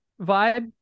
vibe